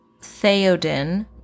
Theodin